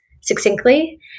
succinctly